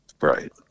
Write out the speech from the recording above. Right